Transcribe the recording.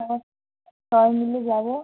আমরা সবাই মিলে যাবো